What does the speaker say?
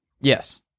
Yes